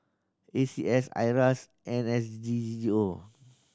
A C S IRAS and N S D G O